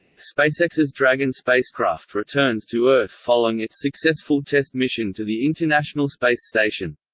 spacex's dragon spacecraft returns to earth following its successful test mission to the international space station.